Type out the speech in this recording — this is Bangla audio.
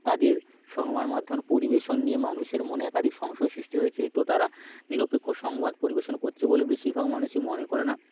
তাদের সংবাদ মাধ্যমের পরিবেশন নিয়ে মানুষের মনে একাধিক সংশয় সৃষ্টি হয়েছে তো তারা নিরপেক্ষ সংবাদ পরিবেশন করছে বলে বেশিরভাগ মানুষই মনে করে না